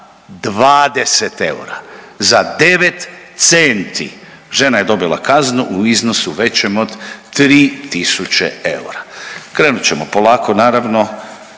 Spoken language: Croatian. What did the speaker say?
20 eura, za devet centi, žena je dobila kaznu u iznosu većem od 3.000 eura. Krenut ćemo polako naravno